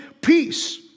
peace